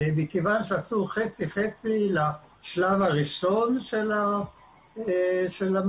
מכיוון שעשו חצי-חצי לשלב הראשון של המדבירים,